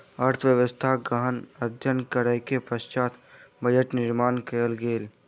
अर्थव्यवस्थाक गहन अध्ययन करै के पश्चात बजट निर्माण कयल गेल